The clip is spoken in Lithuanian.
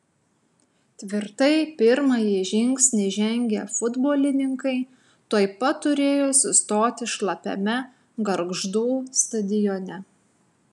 tvirtai pirmąjį žingsnį žengę futbolininkai tuoj pat turėjo sustoti šlapiame gargždų stadione